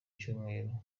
kucyumweru